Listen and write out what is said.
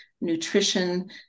nutrition